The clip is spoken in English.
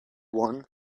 one